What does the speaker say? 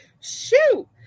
shoot